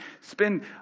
spend